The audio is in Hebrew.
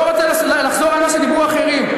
ואני לא רוצה לחזור על מה שדיברו אחרים.